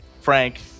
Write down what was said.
frank